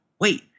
wait